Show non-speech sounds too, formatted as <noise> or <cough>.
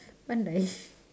pandai <breath>